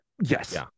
Yes